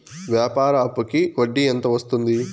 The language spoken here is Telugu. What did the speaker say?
వ్యాపార అప్పుకి వడ్డీ ఎంత వస్తుంది?